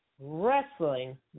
wrestling